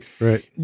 Right